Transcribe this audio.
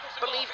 believe